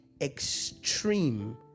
extreme